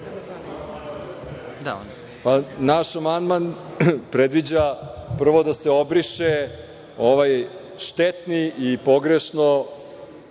Naš amandman predviđa prvo da se obriše ovaj štetni i pogrešan,